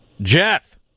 Jeff